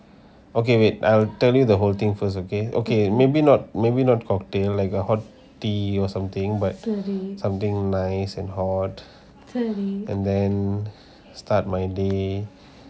okay wait I'll tell you the whole thing first again okay maybe not maybe not cocktail like a hot tea or something but something nice and hot and then start my day